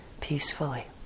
peacefully